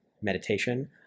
meditation